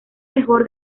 mejor